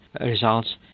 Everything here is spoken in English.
results